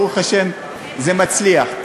ברוך השם זה מצליח.